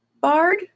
bard